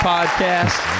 Podcast